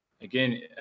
again